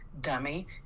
dummy